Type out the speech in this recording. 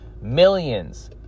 millions